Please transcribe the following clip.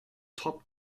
top